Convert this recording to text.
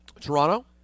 Toronto